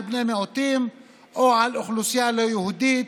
בני מיעוטים או על אוכלוסייה לא יהודית,